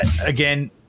again